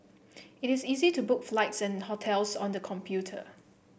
it is easy to book flights and hotels on the computer